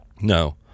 No